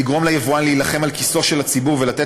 לגרום ליבואן להילחם על כיסו של הציבור ולתת